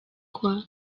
kwa